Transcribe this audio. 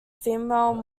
female